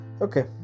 Okay